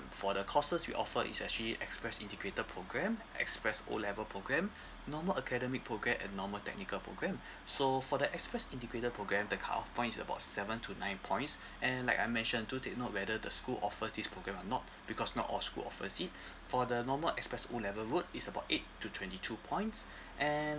for the courses we offer is actually express integrated programme express O level program normal academic programme and normal technical programme so for the express integrated programme the cut off points is about seven to nine points and like I mention do take note whether the school offers this programme or not because not all school offers it for the normal express O level root is about eight to twenty two points and